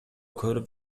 көрүп